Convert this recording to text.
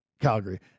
Calgary